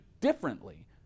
differently